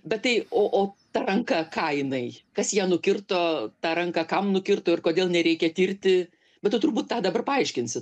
bet tai o o ta ranka ką jinai kas ją nukirto tą ranką kam nukirto ir kodėl nereikia tirti bet tu turbūt tą dabar paaiškinsi